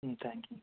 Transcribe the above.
ம் thank you